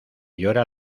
llora